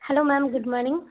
hello ma'am good morning